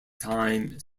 time